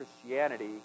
Christianity